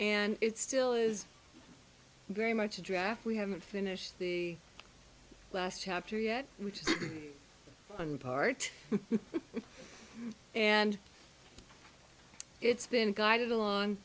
and it still is very much a draft we haven't finished the last chapter yet which is one part and it's been guided along